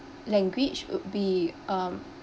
language would be um